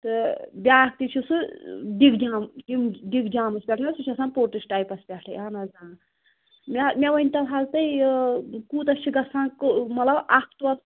تہٕ بیٛاکھ تہِ چھُ سُہ ڈِگجام یِم ڈِگجامَس پٮ۪ٹھ حظ سُہ چھُ آسان پوٚٹِس ٹایپَس پٮ۪ٹھٕے اَہَن حظ آ مےٚ مےٚ ؤنۍتَو حظ تُہۍ یہِ کوٗتاہ چھِ گژھان مطلب اَکھ تولہٕ